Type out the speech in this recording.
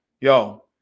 yo